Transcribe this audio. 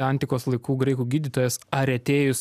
antikos laikų graikų gydytojas aretėjus